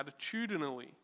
attitudinally